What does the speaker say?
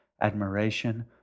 admiration